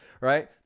right